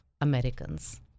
Americans